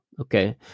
okay